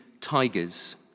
Tigers